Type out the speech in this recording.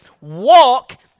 Walk